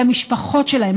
ולמשפחות שלהם,